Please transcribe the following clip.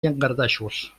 llangardaixos